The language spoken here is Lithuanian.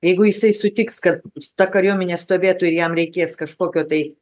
jeigu jisai sutiks kad ta kariuomenė stovėtų ir jam reikės kažkokio tai